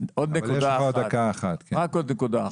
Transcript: רק עוד נקודה אחת.